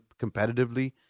competitively